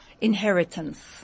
inheritance